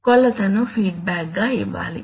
కొలత ను ఫీడ్బ్యాక్ గా ఇవ్వాలి